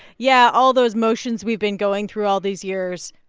yeah, all those motions we've been going through all these years,